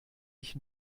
ich